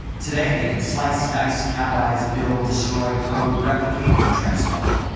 today they can slice, dice, catalyze, build, destroy, code, replicate, and transform.